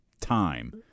time